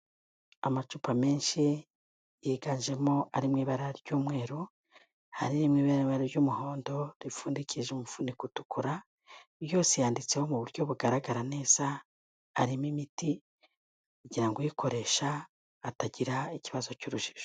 Amacupa menshi yiganjemo ari mu ibara ry'umweru, harimo iriri mu ibara ry'umuhondo ripfundikije umufuniko utukura, yose yanditseho mu buryo bugaragara neza, arimo imiti kugira ngo uyikoresha atagira ikibazo cy'urujijo.